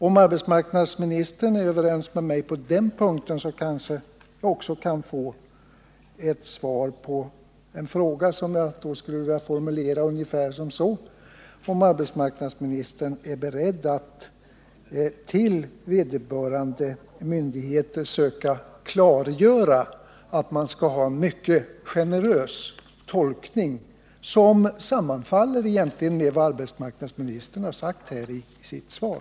Om arbetsmarknadsministern är överens med mig på den punkten kanske jag också kan få svar på en fråga, som jag vill formulera så här: Är arbetsmarknadsministern beredd att för vederbörande myndigheter söka klargöra att man skall ha en mycket generös tolkning, vilket egentligen sammanfaller med vad arbetsmarknadsministern har sagt här i sitt svar?